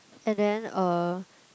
and then uh